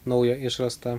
nauja išrasta